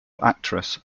actress